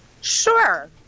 Sure